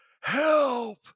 Help